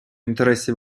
інтересів